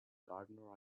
gardener